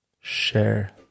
share